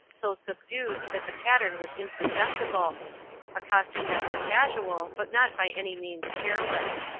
so subdued that the pattern was imperceptible a costume that was casual but not by any means careless.